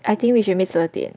I think we should meet 十二点